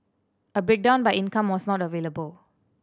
a breakdown by income was not available